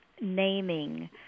naming